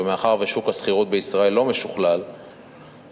ומאחר ששוק השכירות בישראל לא משוכלל ואף